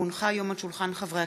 כי הונחו היום על שולחן הכנסת,